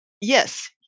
Yes